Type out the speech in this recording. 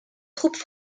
troupes